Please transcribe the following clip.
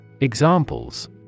Examples